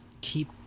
keep